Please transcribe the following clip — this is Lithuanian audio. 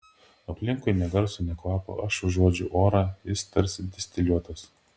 aplinkui nė garso nė kvapo aš uodžiu orą jis tarsi distiliuotas